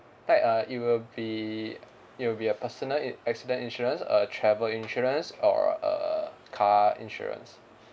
right uh it will be it will be a personal in~ accident insurance uh travel insurance or a car insurance